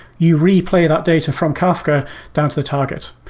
you replay that data from kafka down to the target.